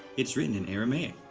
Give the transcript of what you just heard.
it's written in aramaic.